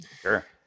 sure